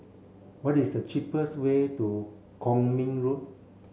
what is the cheapest way to Kwong Min Road